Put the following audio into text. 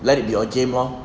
let it be your game lor